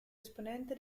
esponente